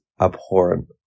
abhorrent